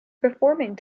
performing